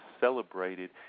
celebrated